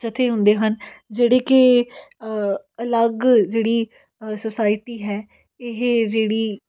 ਜੱਥੇ ਹੁੰਦੇ ਹਨ ਜਿਹੜੇ ਕਿ ਅਲੱਗ ਜਿਹੜੀ ਸੋਸਾਇਟੀ ਹੈ ਇਹ ਜਿਹੜੀ